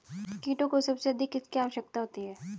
कीटों को सबसे अधिक किसकी आवश्यकता होती है?